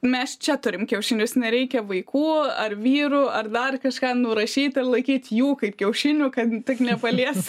mes čia turim kiaušinius nereikia vaikų ar vyrų ar dar kažką nurašyti ir laikyti jų kaip kiaušinių kad tik nepalies